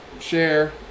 share